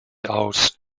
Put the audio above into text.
aus